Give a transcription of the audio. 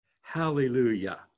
Hallelujah